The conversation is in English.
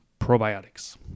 probiotics